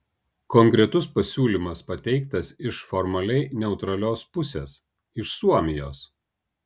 konkretus pasiūlymas pateiktas iš formaliai neutralios pusės iš suomijos